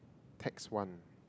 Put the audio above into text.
Tax one